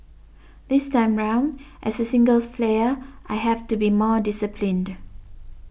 this time round as a singles player I have to be more disciplined